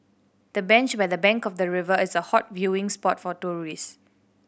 the bench by the bank of the river is a hot viewing spot for tourists